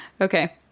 Okay